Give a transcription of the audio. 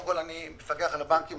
אני המפקח על הבנקים,